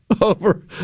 over